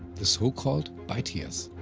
the so called beitias.